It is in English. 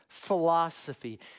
philosophy